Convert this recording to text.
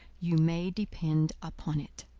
you may depend upon it.